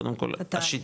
קודם כל את השיטה,